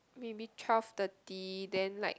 maybe twelve thirty then like